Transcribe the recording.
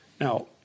Now